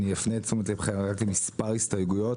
אני אפנה את תשומת לבכם רק למספר הסתייגויות,